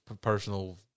personal